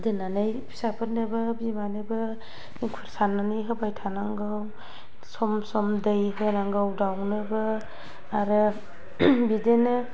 दोननानै फिसाफोरनोबो बिमानोबो एंखुर सारनानै होबाय थानांगौ सम सम दै होनांगौ दाउनो आरो बिदिनो